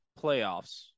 playoffs